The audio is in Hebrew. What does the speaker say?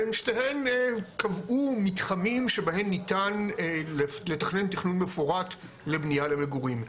והן קבעו מתחמים שבהן ניתן לתכנן תכנון מפורט לבנייה למגורים.